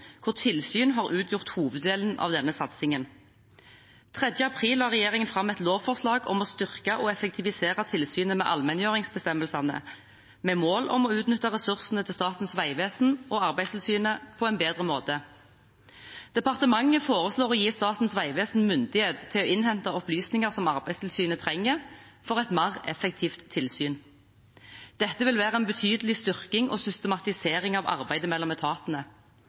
tilsyn har utgjort hoveddelen av denne satsingen. 3. april la regjeringen fram et lovforslag om å styrke og effektivisere tilsynet med allmenngjøringsbestemmelsene, med mål om å utnytte ressursene til Statens vegvesen og Arbeidstilsynet på en bedre måte. Departementet foreslår å gi Statens vegvesen myndighet til å innhente opplysninger som Arbeidstilsynet trenger for et mer effektivt tilsyn. Dette vil være en betydelig styrking og systematisering av arbeidet mellom etatene.